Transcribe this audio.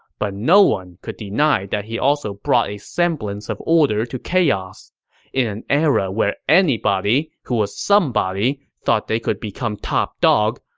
but no one could deny that he also brought a semblance of order to chaos. in an era when anybody who was somebody thought they could become top dog,